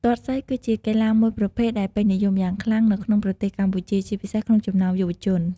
ទាត់សី គឺជាកីឡាមួយប្រភេទដែលពេញនិយមយ៉ាងខ្លាំងនៅក្នុងប្រទេសកម្ពុជា ជាពិសេសក្នុងចំណោមយុវជន។